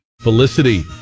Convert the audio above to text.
Felicity